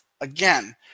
Again